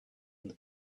and